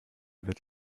wird